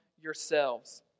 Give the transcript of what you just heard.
yourselves